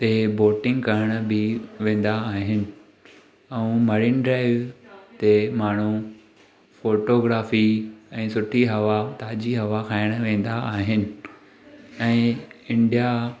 ते बोटिंग करणु बि वेंदा आहिनि ऐं मरीन ड्राइव ते माण्हू फ़ोटोग्राफी ऐं सुठी हवा ताज़ी हवा खाइणु वेंदा आहिनि ऐं इंडिया